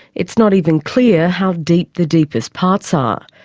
it's not even clear how deep the deepest parts are.